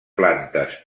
plantes